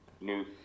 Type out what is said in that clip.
news